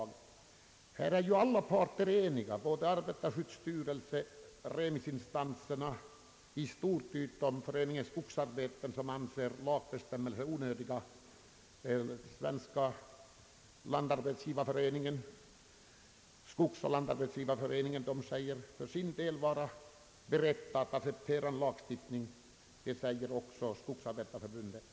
Alla parter är ju eniga i denna fråga, både arbetarskyddsstyrelsen och remissinstanserna i stort, utom Föreningen skogsbrukets arbetsgivare som an ser lagbestämmelser onödiga. Skogsoch lantarbetsgivareföreningen säger sig för sin del vara beredd att acceptera en lagstiftning liksom också Svenska skogsarbetareförbundet.